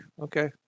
Okay